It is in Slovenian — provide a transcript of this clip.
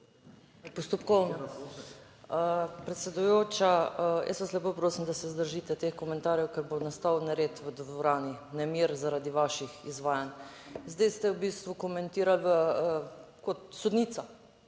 Postopkovno. Predsedujoča, jaz vas lepo prosim, da se vzdržite teh komentarjev, ker bo nastal nered v dvorani, nemir zaradi vaših izvajanj. Zdaj ste v bistvu komentirali kot sodnica,